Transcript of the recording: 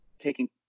taking